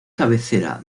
cabecera